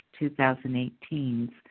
2018's